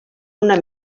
una